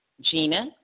Gina